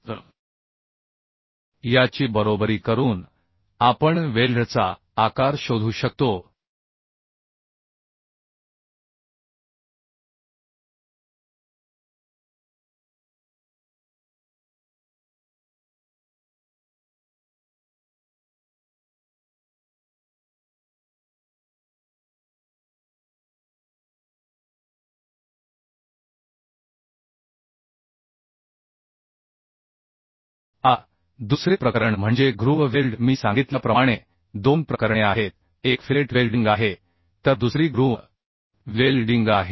तर याची बरोबरी करून आपण वेल्डचा आकार शोधू शकतो आता दुसरे प्रकरण म्हणजे ग्रूव्ह वेल्ड मी सांगितल्याप्रमाणे दोन प्रकरणे आहेत एक फिलेट वेल्डिंग आहे तर दुसरी ग्रूव्ह वेल्डिंग आहे